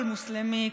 כל מוסלמי,